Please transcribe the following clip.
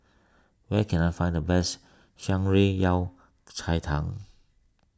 where can I find the best Shan Rui Yao Cai Tang